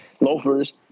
loafers